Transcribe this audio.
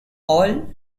all